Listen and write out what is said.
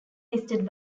listed